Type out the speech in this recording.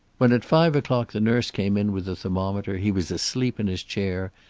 when at five o'clock the nurse came in with a thermometer he was asleep in his chair,